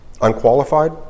unqualified